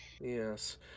Yes